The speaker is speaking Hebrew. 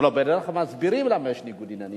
הלוא בדרך כלל מסבירים למה יש ניגוד עניינים,